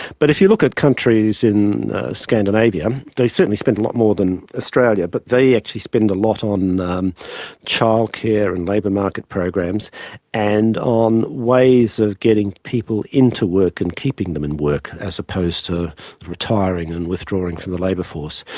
but if you look at countries in scandinavia, they certainly spend a lot more than australia, but they actually spend a lot on childcare and labour market programs and on ways of getting people into work and keeping them in work, as opposed to retiring and withdrawing from the labour force.